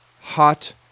hot